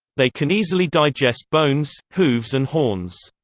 they can easily digest bones, hooves and horns.